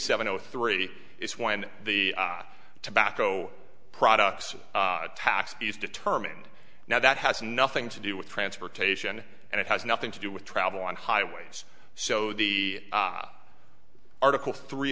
zero three is when the tobacco products tax is determined now that has nothing to do with transportation and it has nothing to do with travel on highways so the article three